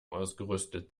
ausgerüstet